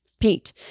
Pete